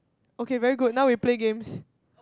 okay very good now we play games